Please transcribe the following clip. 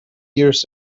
years